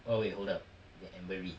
oh wait hold up that amber re~